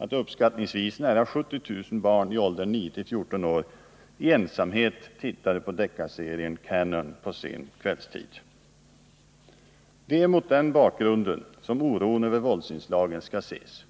att uppskattningsvis nära 70 000 barn i åldern 9-14 år i ensamhet tittade på deckarserien Cannon på sen kvällstid. Det är mot den bakgrunden oron över våldsinslagen skall ses.